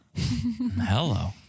Hello